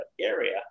area